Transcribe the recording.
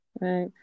right